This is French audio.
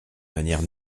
manière